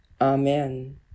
amen